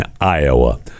Iowa